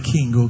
King